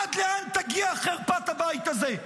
עד לאן תגיע חרפת הבית הזה?